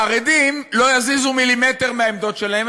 החרדים לא יזוזו מילימטר מהעמדות שלהם,